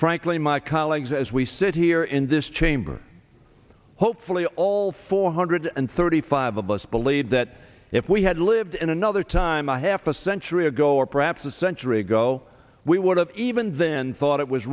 frankly my colleagues as we sit here in this chamber hopefully all four hundred and thirty five of us believe that if we had lived in another time a half a century ago or perhaps a century ago we would have even then thought it was